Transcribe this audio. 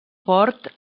port